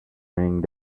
raining